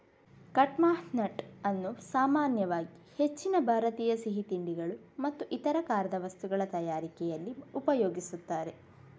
ಕಡ್ಪಾಹ್ನಟ್ ಅನ್ನು ಸಾಮಾನ್ಯವಾಗಿ ಹೆಚ್ಚಿನ ಭಾರತೀಯ ಸಿಹಿ ತಿಂಡಿಗಳು ಮತ್ತು ಇತರ ಖಾರದ ವಸ್ತುಗಳ ತಯಾರಿಕೆನಲ್ಲಿ ಉಪಯೋಗಿಸ್ತಾರೆ